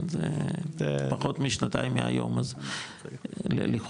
זה פחות משנתיים מהיום אז לכאורה,